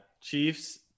Chiefs